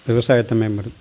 விவசாயத்தன்மை மாதிரி